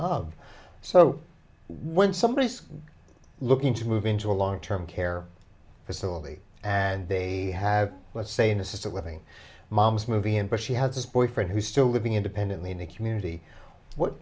of so when somebody is looking to move into a long term care facility and they have let's say in assisted living mom's movie in but she had this boyfriend who's still living independently in the community what